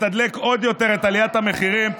תתדלק עוד יותר את עליית המחירים.